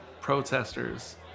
protesters